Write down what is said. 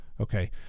okay